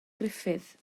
gruffudd